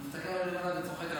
הוא מסתכל עלינו מלמעלה וצוחק עלינו.